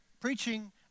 preaching